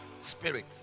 spirit